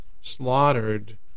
slaughtered